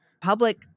public